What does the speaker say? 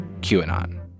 QAnon